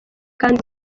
kandi